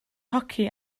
hoci